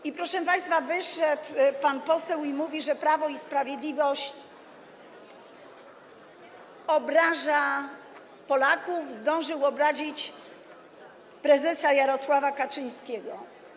I proszę państwa, wyszedł pan poseł i mówi, że Prawo i Sprawiedliwość obraża Polaków, i zdążył obrazić prezesa Jarosława Kaczyńskiego.